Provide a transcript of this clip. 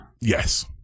yes